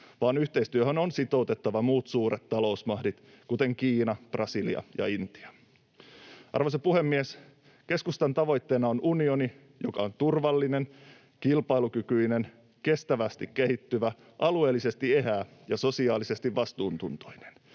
vaan yhteistyöhön on sitoutettava muut suuret talousmahdit, kuten Kiina, Brasilia ja Intia. Arvoisa puhemies! Keskustan tavoitteena on unioni, joka on turvallinen, kilpailukykyinen, kestävästi kehittyvä, alueellisesti eheä ja sosiaalisesti vastuuntuntoinen: